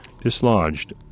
dislodged